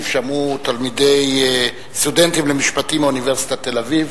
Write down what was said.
שמעו סטודנטים למשפטים מאוניברסיטת תל-אביב,